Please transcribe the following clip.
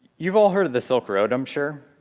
you've all heard of the silk road, i'm sure.